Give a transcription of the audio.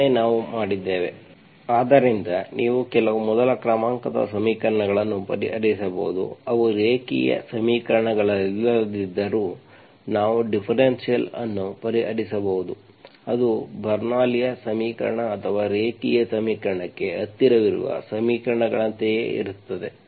ಅದನ್ನೇ ನಾವು ಮಾಡಿದ್ದೇವೆ ಆದ್ದರಿಂದ ನೀವು ಕೆಲವು ಮೊದಲ ಕ್ರಮಾಂಕದ ಸಮೀಕರಣಗಳನ್ನು ಪರಿಹರಿಸಬಹುದು ಅವು ರೇಖೀಯ ಸಮೀಕರಣಗಳಲ್ಲದಿದ್ದರೂ ನಾವು ಡಿಫರೆನ್ಷಿಯಲ್ ಅನ್ನು ಪರಿಹರಿಸಬಹುದು ಅದು ಬರ್ನೌಲಿಯ ಸಮೀಕರಣ ಅಥವಾ ರೇಖೀಯ ಸಮೀಕರಣಕ್ಕೆ ಹತ್ತಿರವಿರುವ ಸಮೀಕರಣಗಳಂತೆಯೇ ಇರುತ್ತದೆ